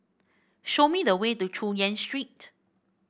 show me the way to Chu Yen Street